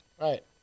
Right